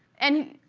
and,